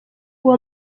uwo